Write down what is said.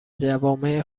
جوامع